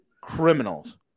Criminals